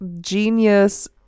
genius